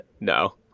No